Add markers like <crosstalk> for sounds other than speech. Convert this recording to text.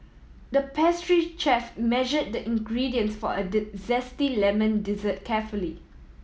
the pastry chef measured the ingredients for a <unintelligible> zesty lemon dessert carefully